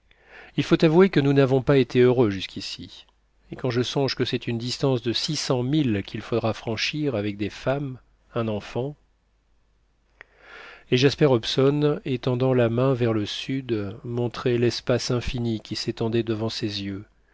il faut avouer que nous n'avons pas été heureux jusqu'ici et quand je songe que c'est une distance de six cents milles qu'il faudra franchir avec des femmes un enfant et jasper hobson étendant la main vers le sud montrait l'espace infini qui s'étendait devant ses yeux